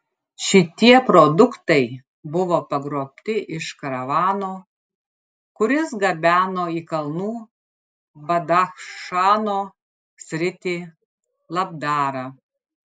šitie produktai buvo pagrobti iš karavano kuris gabeno į kalnų badachšano sritį labdarą